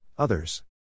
Others